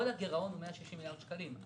כל הגירעון הוא 160 מיליארד שקלים.